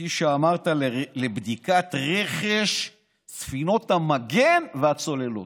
כפי שאמרת, לבדיקת רכש ספינות המגן והצוללות.